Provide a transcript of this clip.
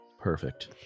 Perfect